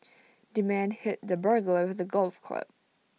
the man hit the burglar with A golf club